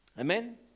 Amen